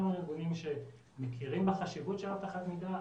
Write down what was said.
ארגונים שמכירים בחשיבות של אבטחת מידע,